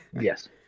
Yes